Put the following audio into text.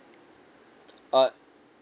uh